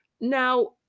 Now